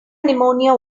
pneumonia